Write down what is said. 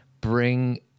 bring